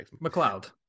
McLeod